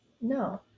No